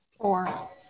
Four